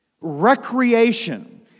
Recreation